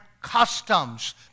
customs